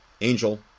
angel